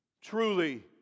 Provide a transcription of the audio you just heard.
truly